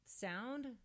sound